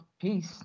Peace